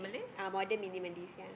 ah modern minimalist ya